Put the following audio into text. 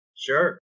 Sure